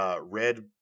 Red